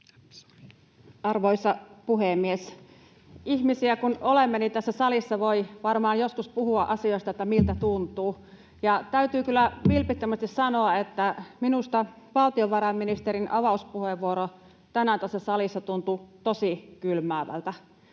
Arvoisa puhemies! Ihmisiä kun olemme, niin tässä salissa voi varmaan joskus puhua asioista, siitä, miltä tuntuu. Ja täytyy kyllä vilpittömästi sanoa, että minusta valtiovarainministerin avauspuheenvuoro tänään tässä salissa tuntui tosi kylmäävältä.